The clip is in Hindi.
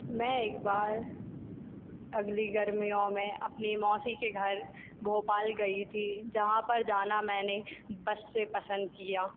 मैं एक बार अगली गर्मियों में अपनी मौसी के घर भोपाल गई थी जहाँ पर जाना मैंने बस से पसंद किया